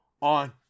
on